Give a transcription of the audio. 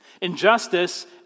Injustice